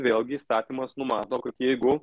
vėlgi įstatymas numato kad jeigu